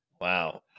Wow